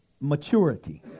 maturity